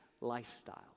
lifestyle